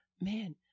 man